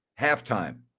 halftime